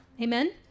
Amen